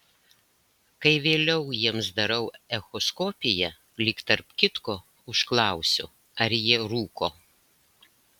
kai vėliau jiems darau echoskopiją lyg tarp kitko užklausiu ar jie rūko